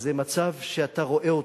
זה מצב שאתה רואה אותו,